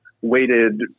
weighted